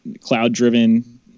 cloud-driven